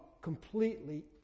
completely